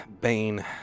Bane